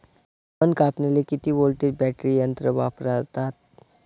तन कापनीले किती व्होल्टचं बॅटरी यंत्र वापरतात?